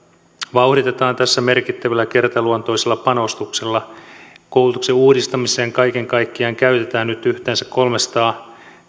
vauhditetaan tässä merkittävällä kertaluontoisella panostuksella koulutuksen uudistamiseen kaiken kaikkiaan käytetään nyt yhteensä kolmesataa